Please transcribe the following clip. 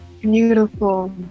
Beautiful